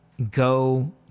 go